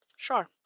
Sure